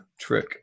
trick